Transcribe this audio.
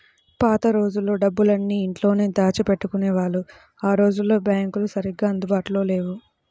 పాత రోజుల్లో డబ్బులన్నీ ఇంట్లోనే దాచిపెట్టుకునేవాళ్ళు ఆ రోజుల్లో బ్యాంకులు సరిగ్గా అందుబాటులో లేవు